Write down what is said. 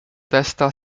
testa